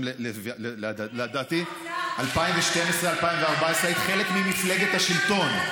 לדעתי ב-2012 2014 היית חלק ממפלגת השלטון.